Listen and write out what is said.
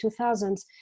2000s